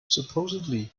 supposedly